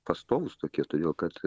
pastovūs tokie todėl kad